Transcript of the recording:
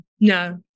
no